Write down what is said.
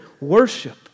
worship